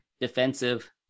defensive